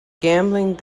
gambling